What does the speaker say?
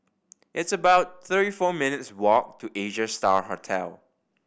it's about thirty four minutes' walk to Asia Star Hotel